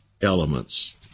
elements